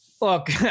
Look